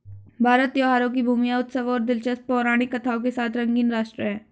भारत त्योहारों की भूमि है, उत्सवों और दिलचस्प पौराणिक कथाओं के साथ रंगीन राष्ट्र है